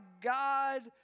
God